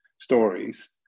stories